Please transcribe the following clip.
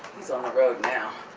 he's on the road now.